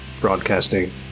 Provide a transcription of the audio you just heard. broadcasting